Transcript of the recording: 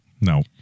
no